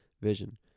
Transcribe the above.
Vision